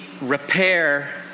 repair